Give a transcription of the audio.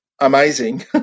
amazing